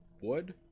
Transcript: wood